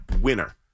winner